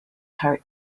heart